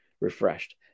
Refreshed